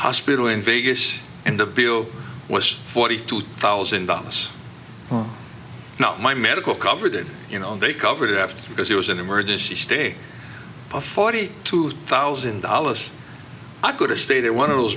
hospital in vegas and the bill was forty two thousand dollars not my medical coverage did you know they covered it after because it was an emergency stay of forty two thousand dollars i could have stayed at one of